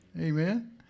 Amen